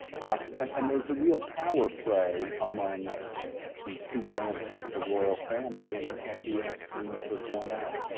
hostage, and there was a real power play among these two branches of the royal family, and and mbs ah seems to have won out.